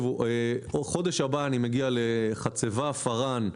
בחודש הבא אני מגיע לחצבה, פראן,